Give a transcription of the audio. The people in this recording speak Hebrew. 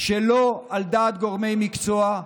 שלא על דעת גורמי מקצוע,